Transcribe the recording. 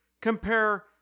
compare